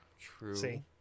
True